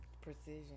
Precision